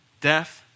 Death